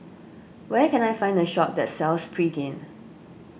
where can I find a shop that sells Pregain